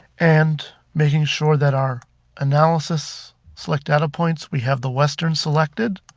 and making sure that our analysis, select data points, we have the western selected,